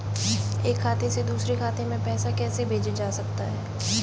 एक खाते से दूसरे खाते में पैसा कैसे भेजा जा सकता है?